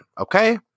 Okay